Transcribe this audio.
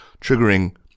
triggering